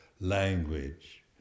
language